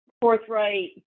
forthright